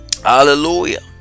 Hallelujah